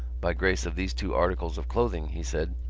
by grace of these two articles of clothing, he said,